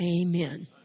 Amen